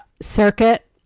circuit